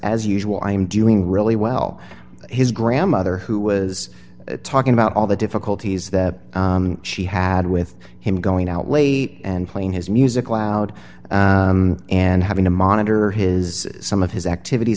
as usual i'm doing really well his grandmother who was talking about all the difficulties that she had with him going out late and playing his music loud and having to monitor his some of his activities